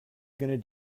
going